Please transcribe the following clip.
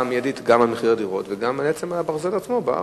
מיידית גם על מחירי הדירות וגם על הברזל עצמו בארץ.